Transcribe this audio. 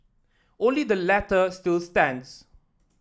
only the latter still stands